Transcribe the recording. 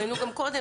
ראינו גם קודם,